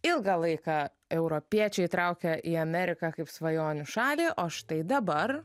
ilgą laiką europiečiai traukė į ameriką kaip svajonių šalį o štai dabar